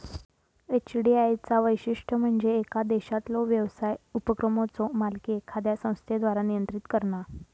FDI चा वैशिष्ट्य म्हणजे येका देशातलो व्यवसाय उपक्रमाचो मालकी एखाद्या संस्थेद्वारा नियंत्रित करणा